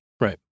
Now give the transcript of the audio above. Right